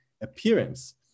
appearance